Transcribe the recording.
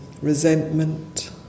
resentment